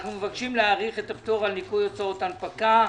אנו מבקשים להאריך את הפטור על ניכוי הוצאות הנפקה.